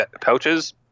pouches